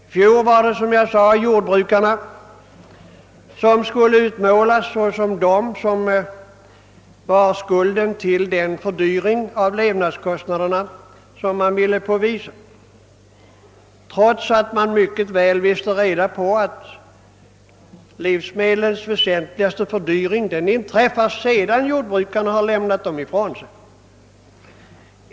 I fjol var det, som jag redan sagt, jordbrukarna som skulle utmålas som de syndabockar som bar skulden till den fördyring av levnadskostnader som man kunde påvisa, trots att man mycket väl hade reda på att den väsentliga fördyringen av livsmedlen inträffar sedan jordbrukarna lämnat dem ifrån sig.